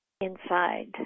inside